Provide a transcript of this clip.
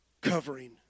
Covering